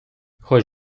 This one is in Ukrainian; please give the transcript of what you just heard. хоч